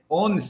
on